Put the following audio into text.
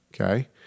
okay